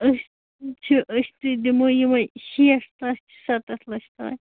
أسۍ چھِ أسۍ تہِ دِمو یِمَے شیٹھ لَچھ سَتَتھ لچھ تام